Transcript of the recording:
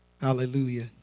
hallelujah